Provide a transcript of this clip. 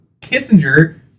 Kissinger